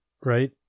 Right